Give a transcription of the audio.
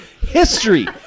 history